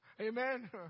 Amen